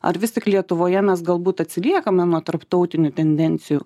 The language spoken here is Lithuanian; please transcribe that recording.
ar vis tik lietuvoje mes galbūt atsiliekame nuo tarptautinių tendencijų